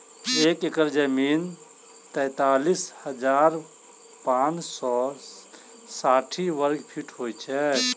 एक एकड़ जमीन तैँतालिस हजार पाँच सौ साठि वर्गफीट होइ छै